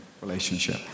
relationship